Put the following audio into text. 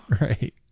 Right